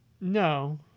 No